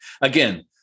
again